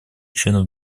членов